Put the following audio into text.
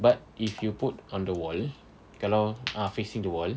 but if you put on the wall kalau ah facing the wall